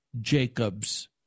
Jacob's